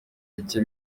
bike